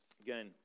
Again